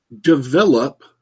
develop